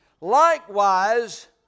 likewise